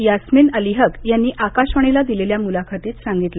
यास्मिन अली हक यांनी आकाशवाणीला दिलेल्या मुलाखतीत सांगितलं